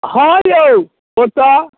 हँ यौ ओतय